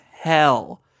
hell